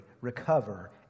recover